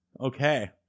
okay